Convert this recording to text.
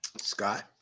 Scott